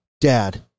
dad